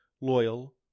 loyal